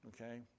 Okay